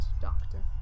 doctor